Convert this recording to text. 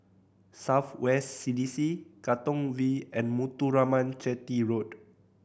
South West C D C Katong V and Muthuraman Chetty Road